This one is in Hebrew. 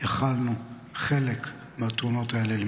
יכולנו למנוע חלק מהתאונות האלה.